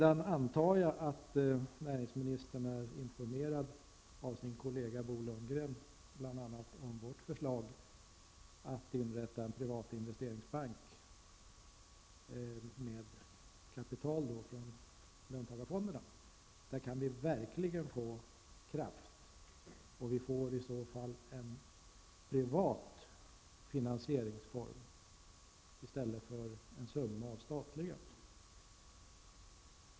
Jag antar att näringsministern av sin kollega Bo Lundgren har blivit informerad om vårt förslag att inrätta en privat investeringsbank med kapital från löntagarfonderna. På det sättet kan vi verkligen få kraft, och vi får i så fall en privat finansieringsform i stället för en summa av statliga.